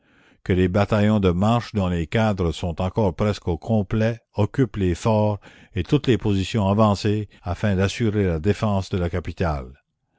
que les bataillons de marche dont les cadres sont encore presque au complet occupent les forts et toutes les positions avancées afin d'assurer la défense de la capitale